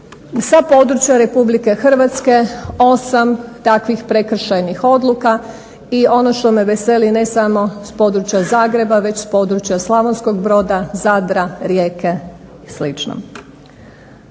sva područja Republike Hrvatske 8 takvih prekršajnih odluka. I ono što me veseli ne samo s područja Zagreba već s područja Slavonskog Broda, Zadra, Rijeke i